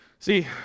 See